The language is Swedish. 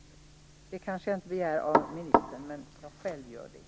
Det sista kanske jag inte begär av ministern, men det gör jag själv.